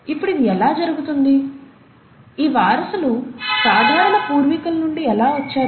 ఇప్పుడు ఇది ఎలా జరుగుతుంది ఈ వారసులు సాధారణ పూర్వీకుల నుండి ఎలా వచ్చారు